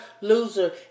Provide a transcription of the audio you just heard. loser